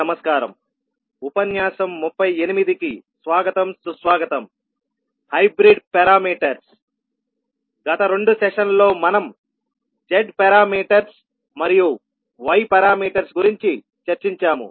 నమస్కారముగత రెండు సెషన్లలో మనం z పారామీటర్స్ మరియు y పారామీటర్స్ గురించి చర్చించాము